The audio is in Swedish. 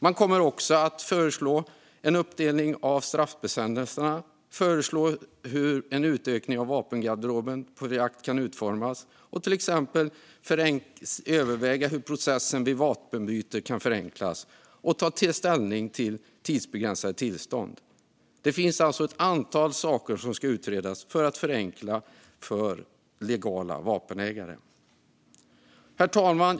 Man kommer också att föreslå en uppdelning av straffbestämmelserna och hur en utökning av vapengarderoben för jakt kan utformas. Man ska också till exempel överväga hur processen vid vapenbyte kan förenklas och ta ställning tidsbegränsade tillstånd. Det finns alltså ett antal saker som ska utredas för att förenkla för legala vapenägare. Herr talman!